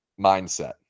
mindset